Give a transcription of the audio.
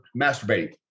masturbating